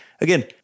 again